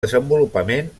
desenvolupament